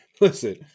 listen